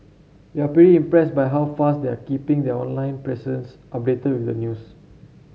we're pretty impressed by how fast they're keeping their online presence updated with the news